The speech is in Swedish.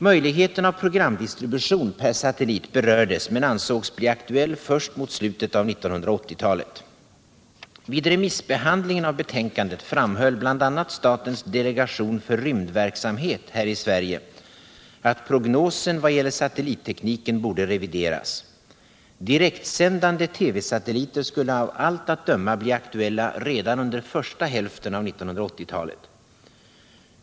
Möjligheten av programdistribution per satellit berördes men ansågs bli aktuell först mot slutet av 1980-talet. Vid remissbehandlingen av betänkandet framhöll bl.a. statens delegation för rymdverksamhet här i Sverige att prognosen vad gäller satellittekniken borde revideras; direktsändande TV satelliter skulle av allt att döma bli aktuella redan under första hälften av 1980-talet.